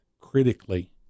critically